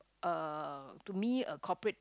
uh to me a corporate